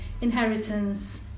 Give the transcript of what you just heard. Inheritance